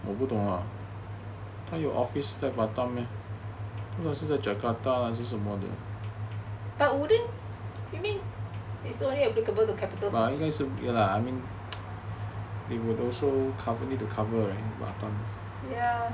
you mean is the only applicable to capital lah